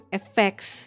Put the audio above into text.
effects